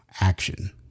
action